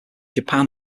japan